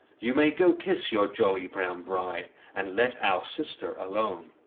you may go kiss your jolly brown bride, and let our sister alone.